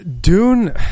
Dune